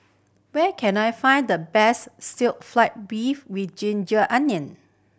where can I find the best stir fried beef with ginger onion